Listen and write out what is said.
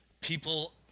people